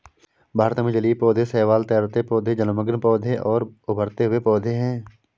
भारत में जलीय पौधे शैवाल, तैरते पौधे, जलमग्न पौधे और उभरे हुए पौधे हैं